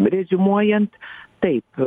reziumuojant taip